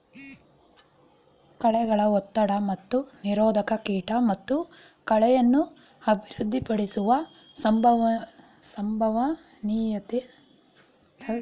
ಕಳೆಗಳ ಒತ್ತಡ ಮತ್ತು ನಿರೋಧಕ ಕೀಟ ಮತ್ತು ಕಳೆಯನ್ನು ಅಭಿವೃದ್ಧಿಪಡಿಸುವ ಸಂಭವನೀಯತೆಯನ್ನು ಕಡಿಮೆ ಮಾಡ್ತದೆ